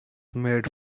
made